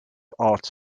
arts